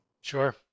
sure